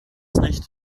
nicht